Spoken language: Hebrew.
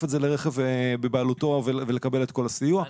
את זה לרכב בבעלותו ולקבל את כל הסיוע.